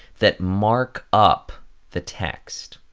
that mark up the text.